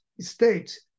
state